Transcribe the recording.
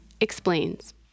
explains